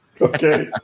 Okay